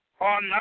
on